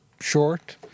short